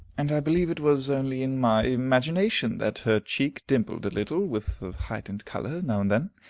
and i believe it was only in my imagination that her cheek dimpled a little, with a heightened color, now and then,